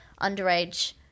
underage